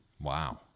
Wow